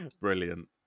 brilliant